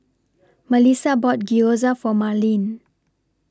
Melissa bought Gyoza For Marlene